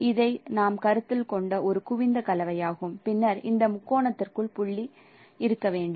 இது நாம் கருத்தில் கொண்ட ஒரு குவிந்த கலவையாகும் பின்னர் இந்த முக்கோணத்திற்குள் புள்ளி இருக்க வேண்டும்